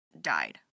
died